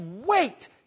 wait